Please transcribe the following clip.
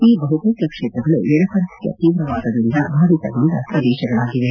ಈ ಬಹುತೇಕ ಕ್ಷೇತ್ರಗಳು ಎಡಪಂಥಿಯ ಶೀವ್ರವಾದದಿಂದ ಬಾಧಿತಗೊಂಡ ಪ್ರದೇಶಗಳಾಗಿವೆ